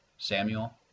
Samuel